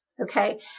okay